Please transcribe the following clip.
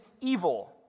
evil